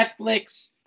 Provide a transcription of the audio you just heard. Netflix